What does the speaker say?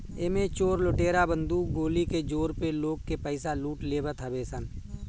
एमे चोर लुटेरा बंदूक गोली के जोर पे लोग के पईसा लूट लेवत हवे सन